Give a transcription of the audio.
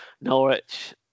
Norwich